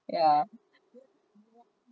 yeah